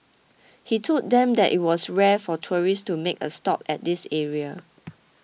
he told them that it was rare for tourists to make a stop at this area